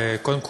קודם כול,